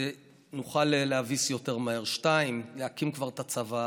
נוכל להביס יותר מהר; 2. להקים כבר את הצבא.